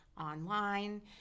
online